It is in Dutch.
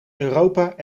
europa